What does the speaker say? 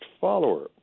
follower